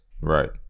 Right